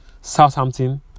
Southampton